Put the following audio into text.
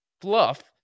fluff